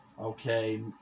okay